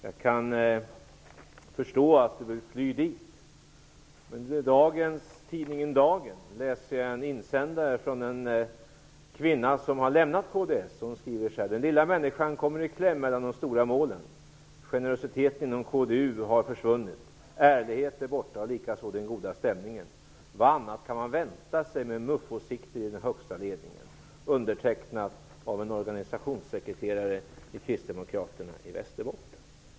Jag kan förstå att han vill fly dit. I dagens nummer av tidningen Dagen läser jag en insändare från en kvinna som har lämnat kds. Hon skriver så här: ''Den lilla människan kommer i kläm mellan de stora målen. Generositeten inom KDU har försvunnit. Ärligheten är borta och likaså den goda stämningen. Vad annat kan man vänta sig med MUF-åsikter i den högsta ledningen?'' Det är undertecknat av en avgående organisationschef för kristdemokraterna i Västerbotten.